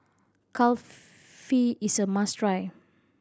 kulfi is a must try